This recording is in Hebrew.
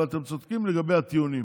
אבל אתם צודקים לגבי הטיעונים.